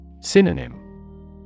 Synonym